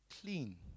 clean